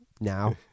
now